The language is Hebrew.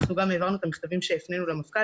גם העברנו את המכתבים שהפנינו למפכ"ל